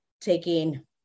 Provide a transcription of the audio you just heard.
taking